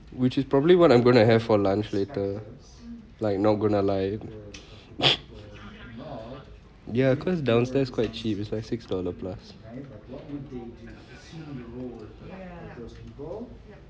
which is probably what I'm going to have for lunch later like not gonna lie ya cause downstairs quite cheap is like six dollar plus